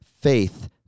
faith